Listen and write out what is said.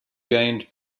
gained